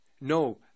No